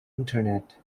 internet